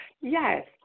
Yes